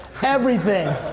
everything.